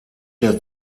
der